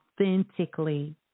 authentically